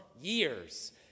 years